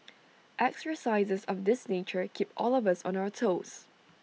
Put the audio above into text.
exercises of this nature keep all of us on our toes